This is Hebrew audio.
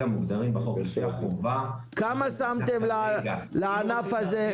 מוגדרים בחוק --- כמה שמתם לענף הזה?